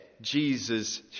Jesus